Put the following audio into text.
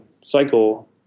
cycle